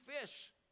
fish